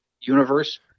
universe